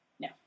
No